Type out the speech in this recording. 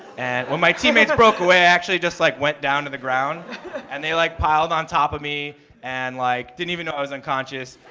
and when my teammates broke away i actually just like went down to the ground and they, like, piled on top of me and like didn't even know i was unconscious.